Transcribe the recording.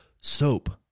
soap